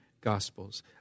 gospels